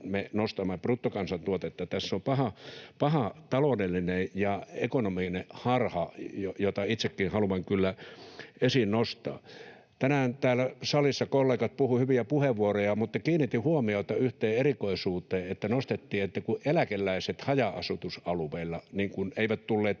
me nostamme bruttokansantuotetta. Tässä on paha taloudellinen ja ekonominen harha, jota itsekin haluan kyllä esiin nostaa. Tänään täällä salissa kollegat puhuivat hyviä puheenvuoroja, mutta kiinnitin huomiota yhteen erikoisuuteen: nostettiin, että eläkeläiset haja-asutusalueilla eivät tulleet